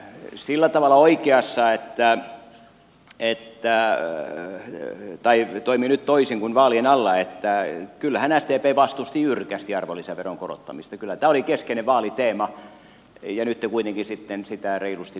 sillä tavalla se toimii nyt toisin kuin vaalien alla että kyllähän sdp vastusti jyrkästi arvonlisäveron korottamista kyllä tämä oli keskeinen vaaliteema ja nyt te kuitenkin sitten sitä reilusti korotatte